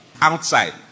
Outside